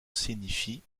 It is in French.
signifie